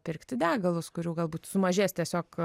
pirkti degalus kurių galbūt sumažės tiesiog